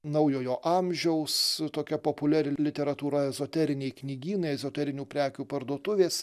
naujojo amžiaus tokia populiari literatūra ezoteriniai knygynai ezoterinių prekių parduotuvės